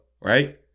right